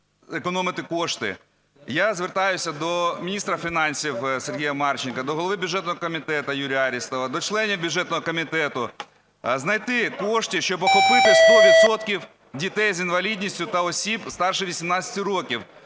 Я звертаюся до міністра фінансів Сергія Марченка, до голови бюджетного комітету Юрія Арістова, до членів бюджетного комітету, знайти кошти, щоб охопити 100 відсотків дітей з інвалідністю та осіб старше 18 років,